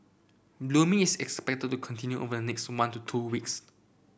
blooming is expected to continue over the next one to two weeks